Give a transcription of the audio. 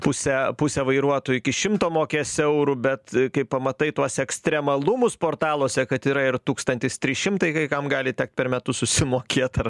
pusę pusę vairuotojų iki šimto mokės eurų bet kai pamatai tuos ekstremalumus portaluose kad yra ir tūkstantis trys šimtai kai kam gali tekt per metus susimokėt ar